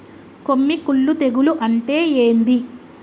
కొమ్మి కుల్లు తెగులు అంటే ఏంది?